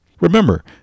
remember